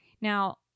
now